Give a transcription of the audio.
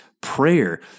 prayer